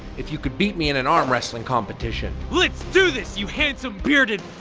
if you can beat me in an arm wrestling competition. let's do this, you handsome-bearded